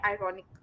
ironic